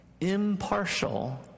impartial